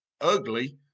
Ugly